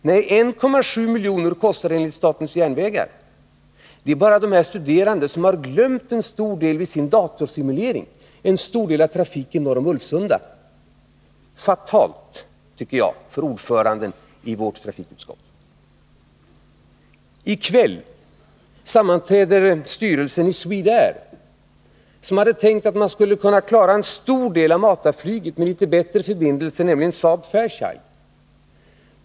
Nej, 1,7 miljoner kostar det enligt SJ. Det är de studerande som glömt en stor del av trafiken norr om Ulvsunda vid sin datorsimulering. Det är fatalt, tycker jag, för ordföranden i trafikutskottet. I kväll sammanträder styrelsen i Swedair, som hade tänkt att man skulle kunna klara en stor del av matarflyget med litet bättre förbindelser, nämligen SAAB Fairchild.